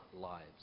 lives